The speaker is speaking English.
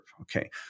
Okay